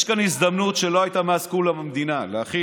יש כאן הזדמנות שלא הייתה מאז קום המדינה להחיל